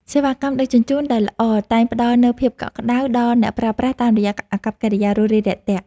សេវាកម្មដឹកជញ្ជូនដែលល្អតែងផ្ដល់នូវភាពកក់ក្ដៅដល់អ្នកប្រើប្រាស់តាមរយៈអាកប្បកិរិយារួសរាយរាក់ទាក់។